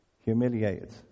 humiliated